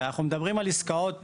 מדובר בעסקאות